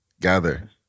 gather